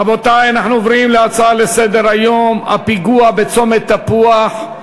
רבותי, אנחנו עוברים לנושא: הפיגוע בצומת תפוח,